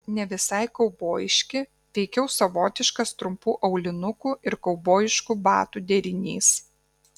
ne visai kaubojiški veikiau savotiškas trumpų aulinukų ir kaubojiškų batų derinys